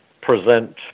present